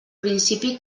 principi